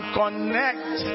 connect